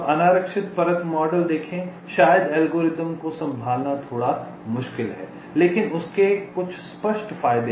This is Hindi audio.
अब अनारक्षित परत मॉडल देखें शायद एल्गोरिदम को संभालना थोड़ा मुश्किल है लेकिन इसके कुछ स्पष्ट फायदे हैं